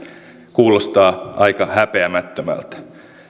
kuulostaa aika häpeämättömältä